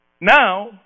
Now